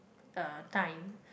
uh time